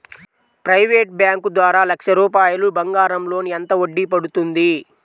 Private bank ద్వారా లక్ష రూపాయలు బంగారం లోన్ ఎంత వడ్డీ పడుతుంది?